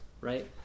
right